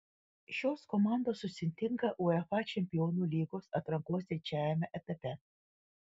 šios komandos susitinka uefa čempionų lygos atrankos trečiajame etape